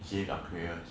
james aquarius